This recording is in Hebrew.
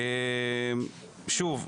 שוב,